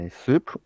soup